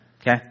okay